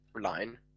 line